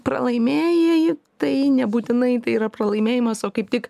pralaimėjai tai nebūtinai tai yra pralaimėjimas o kaip tik